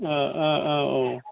अ अ औ